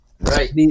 Right